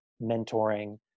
mentoring